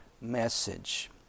message